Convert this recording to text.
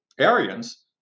Aryans